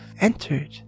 entered